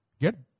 Get